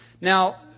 Now